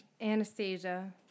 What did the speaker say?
Anastasia